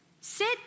Sit